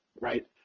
right